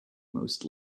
most